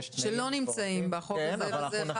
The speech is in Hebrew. שלא נמצאים בחוק הזה.